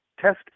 test